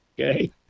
Okay